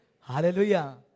Hallelujah